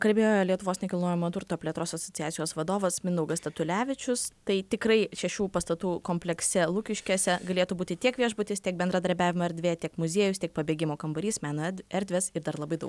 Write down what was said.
kalbėjo lietuvos nekilnojamo turto plėtros asociacijos vadovas mindaugas statulevičius tai tikrai šešių pastatų komplekse lukiškėse galėtų būti tiek viešbutis tiek bendradarbiavimo erdvė tiek muziejus tik pabėgimo kambarys meną ed erdvės ir dar labai dau